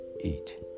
eat